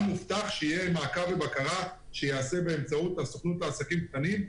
גם הובטח שיהיו מעקב ובקרה שייעשו באמצעות הסוכנות לעסקים קטנים,